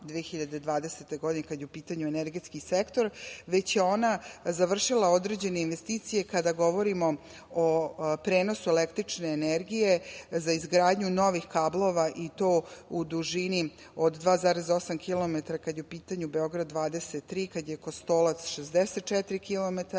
2020. godine, kad je u pitanju energetski sektor, već je ona završila određene investicije kada govorimo o prenosu električne energije za izgradnju novih kablova, i to u dužini od 2,8 kilometra, kad je u pitanju "Beograd 23", "Kostolac" 64